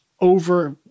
over